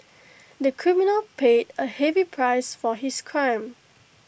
the criminal paid A heavy price for his crime